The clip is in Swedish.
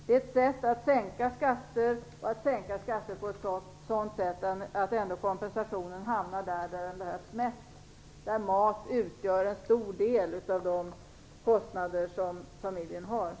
Det är ett sätt att sänka skatter och att göra det på ett sådant sätt att kompensationen hamnar där den behövs mest, dvs. där matkostnaderna utgör en stor del av familjens kostnader.